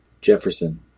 Jefferson